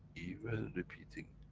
even repeating,